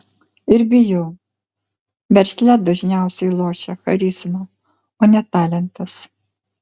ir bijau versle dažniausiai lošia charizma o ne talentas